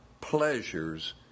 pleasures